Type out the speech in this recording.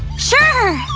sure!